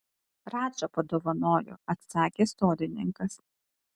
radža padovanojo atsakė sodininkas